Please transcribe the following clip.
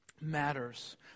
matters